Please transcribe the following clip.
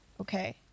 Okay